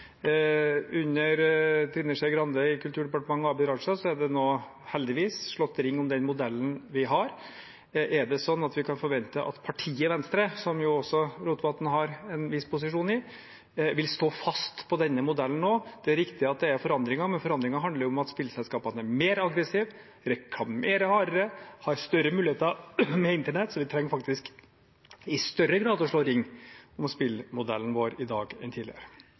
Under Trine Skei Grande i Kulturdepartementet og nå Abid Raja er det heldigvis slått ring om den modellen vi har. Er det sånn at vi nå kan forvente at partiet Venstre, som også Rotevatn har en viss posisjon i, vil stå fast på denne modellen? Det er riktig at det er forandringer, men forandringer handler om at spillselskapene er mer aggressive, reklamerer hardere og har større muligheter med internett, så vi trenger faktisk i større grad å slå ring om spillmodellen vår i dag enn tidligere.